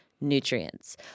nutrients